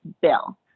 bill